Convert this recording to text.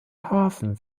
hafen